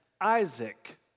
Isaac